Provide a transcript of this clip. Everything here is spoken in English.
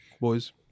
boys